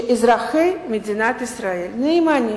ואזרחי מדינת ישראל נאמנים,